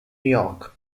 york